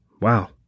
wow